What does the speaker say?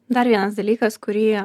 dar vienas dalykas kurį